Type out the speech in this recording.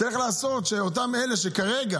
צריך לעשות שאותם אלה שכרגע